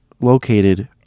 located